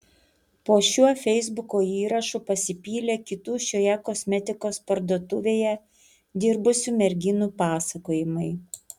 po šiuo feisbuko įrašu pasipylė kitų šioje kosmetikos parduotuvėje dirbusių merginų pasakojimai